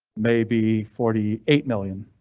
maybe forty eight million,